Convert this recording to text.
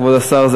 כבוד השר,